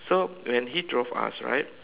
so when he drove us right